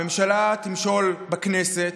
הממשלה תמשול בכנסת,